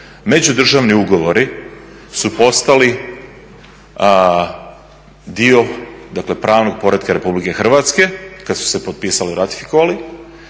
Međudržavni ugovori su postali dio dakle pravnog poretka Republike Hrvatske kada su se potpisali i ratificirali